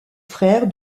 frère